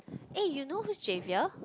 eh you know who's Javier